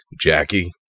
Jackie